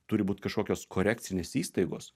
turi būt kažkokios korekcinės įstaigos